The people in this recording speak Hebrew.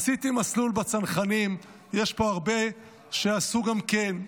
עשיתי מסלול בצנחנים, יש פה הרבה שעשו גם כן.